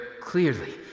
clearly